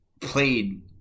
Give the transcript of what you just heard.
played